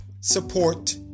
support